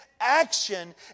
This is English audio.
action